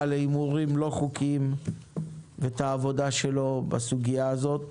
להימורים לא חוקיים ואת העבודה שלו בסוגיה הזאת,